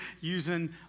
using